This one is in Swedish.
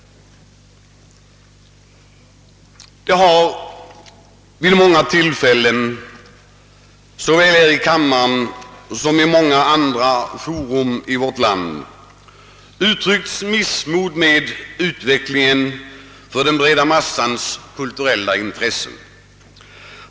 Vid många tillfällen såväl här i riksdagen som i flera andra fora i vårt land har det uttryckts missnöje med utvecklingen av den breda massans kulturella intressen.